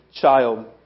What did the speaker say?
child